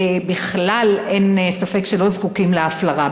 אין ספק שלא זקוקים להפלרה.